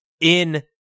In-